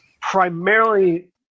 primarily